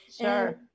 Sure